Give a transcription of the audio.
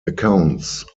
accounts